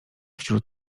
wśród